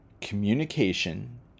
communication